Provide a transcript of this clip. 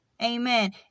Amen